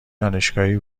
دانشگاهی